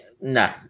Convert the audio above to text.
no